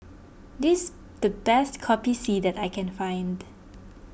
this the best Kopi C that I can find